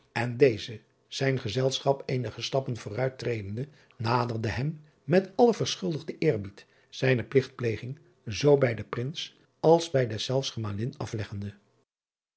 en deze zijn gezelschap eenige stappen vooruit tredende naderde hem met allen verschuldigden eerbied zijne pligtpleging zoo bij den rins als deszelfs emalin afleggende